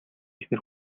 эхнэр